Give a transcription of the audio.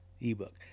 ebook